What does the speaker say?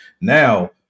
Now